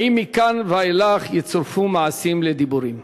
3. האם מכאן ואילך יצורפו מעשים לדיבורים?